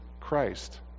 Christ